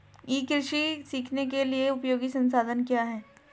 ई कृषि सीखने के लिए उपयोगी संसाधन क्या हैं?